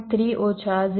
3 ઓછા 0